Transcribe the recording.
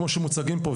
כמו שמוצגים פה,